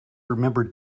remembered